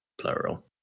plural